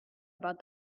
about